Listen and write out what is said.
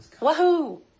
Wahoo